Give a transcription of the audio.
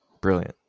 brilliant